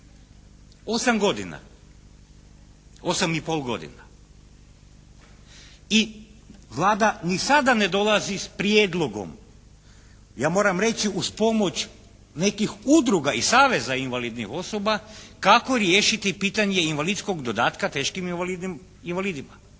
Osam godina, osam i pol godina i Vlada ni sada ne dolazi s prijedlogom ja moram reći uz pomoć nekih udruga i saveza invalidnih osoba kako riješiti pitanje invalidskog dodatka teškim invalidima.